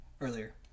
earlier